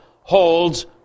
holds